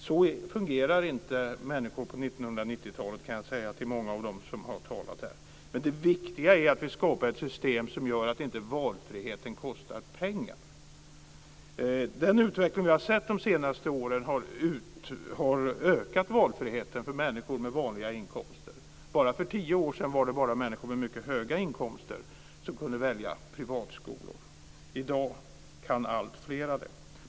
Så fungerar inte människor på 1990 talet; det kan jag säga till många av dem som har talat här. Men det viktiga är att vi skapar ett system som gör att inte valfriheten kostar pengar. Den utveckling vi har sett de senaste åren har ökat valfriheten för människor med vanliga inkomster. Bara för tio år sedan var det bara människor med mycket höga inkomster som kunde välja privatskolor. I dag kan alltfler göra det.